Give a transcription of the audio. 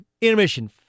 intermission